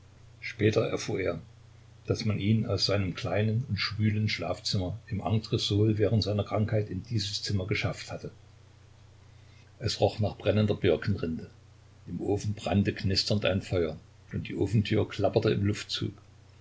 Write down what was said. später erfuhr er daß man ihn aus seinem kleinen und schwülen schlafzimmer im entresol während seiner krankheit in dieses zimmer geschafft hatte es roch nach brennender birkenrinde im ofen brannte knisternd ein feuer und die ofentür klapperte im luftzug